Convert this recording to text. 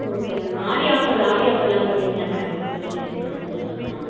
okay madam Aadi offer Aadi offer எல்லாம் பண்ணுவிங்களா madam ஜுவெல்லரிக்கு எல்லாம் ஜுவெல்ஸ்க்கு எல்லாம்